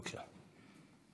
בבקשה.